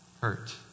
hurt